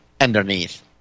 underneath